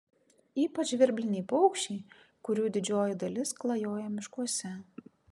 ypač žvirbliniai paukščiai kurių didžioji dalis klajoja miškuose